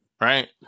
right